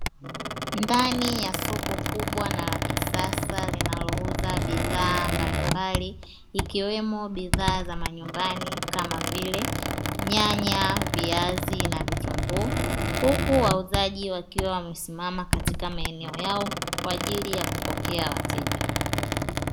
Ndani ya soko kubwa na la kisasa linalouza bidhaa mbalimbali ikiwemo bidhaa za majumbani kama vile; nyanya, viazi na vitunguu huku wauzaji wakiwa wamesimama katika maeneo yao kwa ajili ya kupokea wateja.